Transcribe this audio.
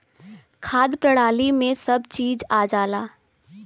खाद्य प्रणाली में सब चीज आ जाला